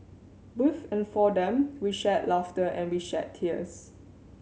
with and for them we shared laughter and we shed tears